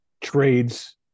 trades